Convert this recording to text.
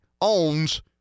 owns